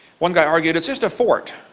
one guy argued it is just a fort.